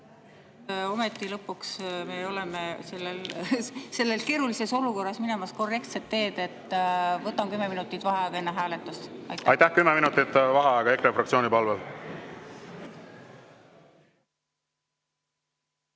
ometi me oleme selles keerulises olukorras minemas korrektset teed. Võtan kümme minutit vaheaega enne hääletust. Aitäh! Kümme minutit vaheaega EKRE fraktsiooni palvel.V